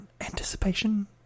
Anticipation